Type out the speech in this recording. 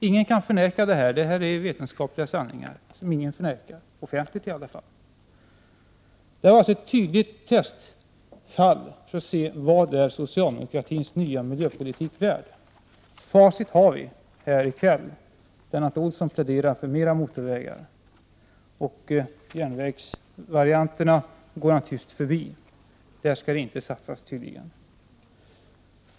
Ingen kan förneka detta; det är vetenskapliga sanningar, som ingen förnekar — offentligt i alla fall. Detta var alltså ett tydligt testfall för att se vad socialdemokratins nya miljöpolitik är värd. Facit har vi fått här i kväll. Lennart Nilsson pläderar för fler motorvägar. Järnvägsvarianterna går han tyst förbi. På dem skall det inte satsas, tydligen.